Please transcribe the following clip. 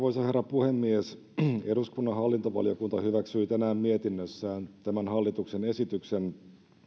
puhemies eduskunnan hallintovaliokunta hyväksyi tänään mietinnössään tämän hallituksen esityksen